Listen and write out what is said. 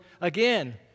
again